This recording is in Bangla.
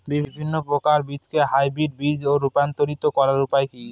বিভিন্ন প্রকার বীজকে হাইব্রিড বীজ এ রূপান্তরিত করার উপায় কি?